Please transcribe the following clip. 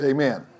Amen